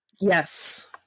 Yes